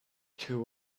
too